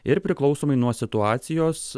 ir priklausomai nuo situacijos